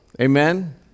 Amen